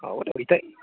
হ'ব দিয়ক এতিয়া